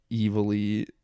evilly